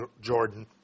Jordan